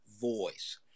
voice